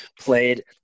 played